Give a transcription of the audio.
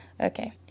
okay